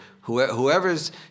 whoever's